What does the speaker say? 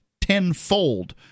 tenfold